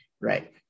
Right